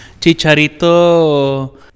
Chicharito